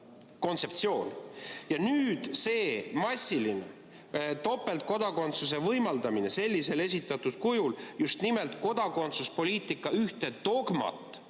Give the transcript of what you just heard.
kontseptsioon. Ja nüüd see massiline topeltkodakondsuse võimaldamine selliselt esitatud kujul just nimelt kodakondsuspoliitika ühte dogmat